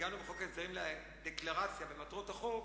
הגענו בחוק ההסדרים לדקלרציה, למטרות החוק,